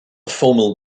formal